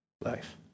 life